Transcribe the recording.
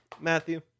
Matthew